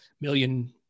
million